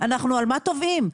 על מה אנחנו תובעים?